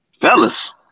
Fellas